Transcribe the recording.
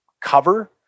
cover